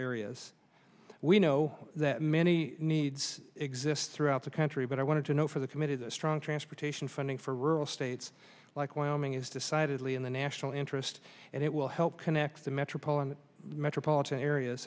areas we know that many needs exist throughout the country but i want to know for the committed a strong transportation funding for rural states like wyoming is decidedly in the national interest and it will help connect the metropole and metropolitan areas